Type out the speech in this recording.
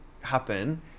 happen